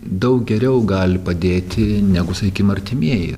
daug geriau gali padėti negu sakykim artimieji